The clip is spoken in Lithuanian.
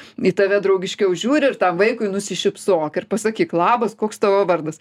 į tave draugiškiau žiūri ir tam vaikui nusišypsok ir pasakyk labas koks tavo vardas